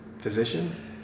physician